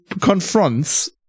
confronts